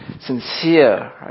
sincere